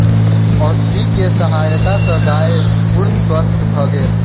औषधि के सहायता सॅ गाय पूर्ण स्वस्थ भ गेल